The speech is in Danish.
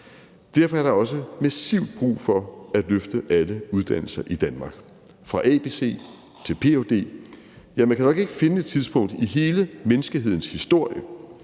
Derfor er der også massivt brug for at løfte alle uddannelser i Danmark – fra abc til ph.d. Ja, man kan nok ikke finde et tidspunkt i hele menneskehedens historie,